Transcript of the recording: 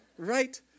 right